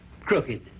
crooked